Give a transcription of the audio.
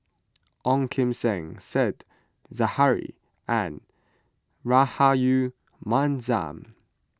Ong Kim Seng Said Zahari and Rahayu Mahzam